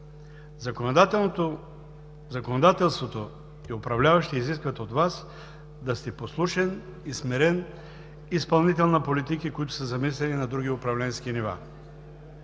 Законодателството и управляващите изискват от Вас да сте послушен и смирен изпълнител на политики, замислени на други управленски нива.